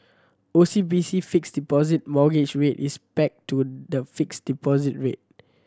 O C B C Fixed Deposit Mortgage Rate is pegged to the fixed deposit rate